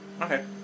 Okay